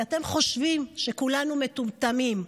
כי אתם חושבים שכולנו מטומטמים.